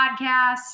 podcast